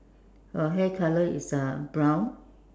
her hair colour is uh brown